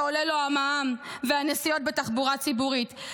שעולה לו המע"מ והנסיעות בתחבורה ציבורית.